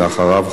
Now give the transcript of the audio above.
ואחריו,